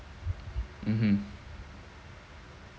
mmhmm